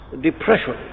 depression